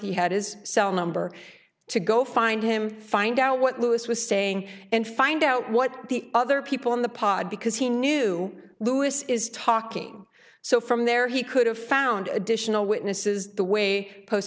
he had his cell number to go find him find out what louis was saying and find out what the other people in the pod because he knew louis is talking so from there he could have found additional witnesses the way post